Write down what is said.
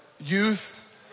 youth